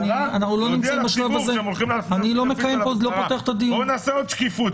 בוא נעשה עוד שקיפות.